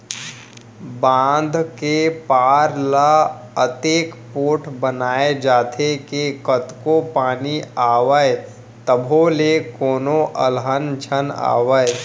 बांधा के पार ल अतेक पोठ बनाए जाथे के कतको पानी आवय तभो ले कोनो अलहन झन आवय